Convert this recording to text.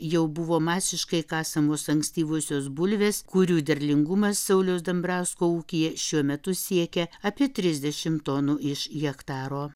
jau buvo masiškai kasamos ankstyvosios bulvės kurių derlingumas sauliaus dambrausko ūkyje šiuo metu siekia apie trisdešim tonų iš hektaro